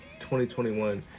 2021